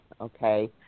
okay